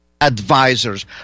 advisors